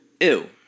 Ew